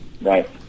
Right